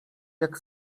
jak